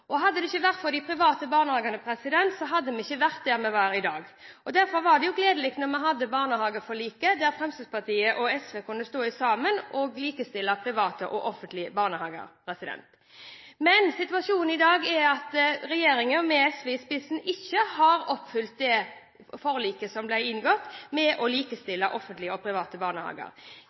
barnehagene. Hadde det ikke vært for de private barnehagene, hadde vi ikke vært der vi er i dag. Derfor var det gledelig at vi hadde barnehageforliket, der Fremskrittspartiet og SV kunne stå sammen og likestille offentlige og private barnehager. Men situasjonen i dag er at regjeringen, med SV i spissen, ikke har oppfylt det forliket som ble inngått, om å likestille offentlige og private barnehager.